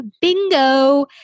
bingo